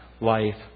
life